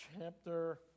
chapter